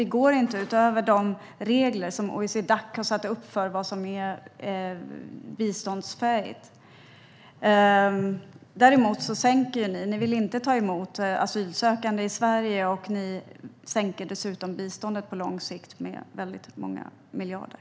Vi går inte utöver de regler som OECD-Dac har satt upp för det som är biståndsfähigt. Däremot vill ni göra sänkningar. Ni vill inte ta emot asylsökande i Sverige. Dessutom vill ni sänka biståndet på lång sikt med väldigt många miljarder.